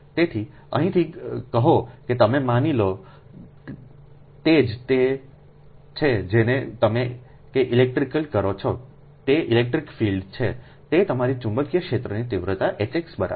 તેથી અહીંથી કહો કે તમે માની લો તે જ તે છે જેને તમે ક ઇલેકટરિકેલ કરો છો તે ઇલેક્ટ્રિક ફીલ્ડ છે તે તમારી ચુંબકીય ક્ષેત્રની તીવ્રતા H x છે